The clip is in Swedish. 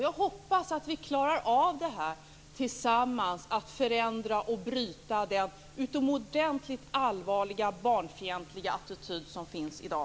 Jag hoppas att vi klarar av att tillsammans förändra och bryta den utomordentligt allvarliga barnfientliga attityd som finns i dag.